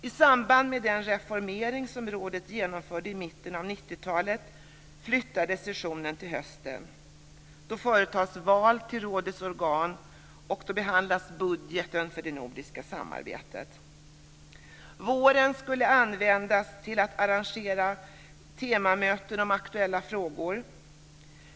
I samband med den reformering som rådet genomförde i mitten av 90-talet flyttades sessionen till hösten. Då företas val till rådets organ, och då behandlas budgeten för det nordiska samarbetet. Våren skulle användas till att arrangera temamöten om aktuella frågor.